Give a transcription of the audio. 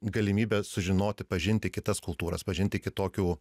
galimybę sužinoti pažinti kitas kultūras pažinti kitokių